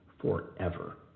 forever